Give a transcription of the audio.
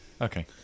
Okay